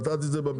נתתי את זה בביצים,